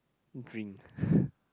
drink